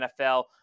NFL